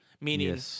meaning